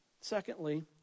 Secondly